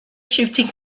shooting